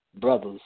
brothers